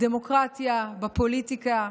בדמוקרטיה, בפוליטיקה,